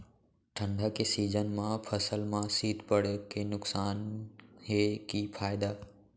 ठंडा के सीजन मा फसल मा शीत पड़े के नुकसान हे कि फायदा?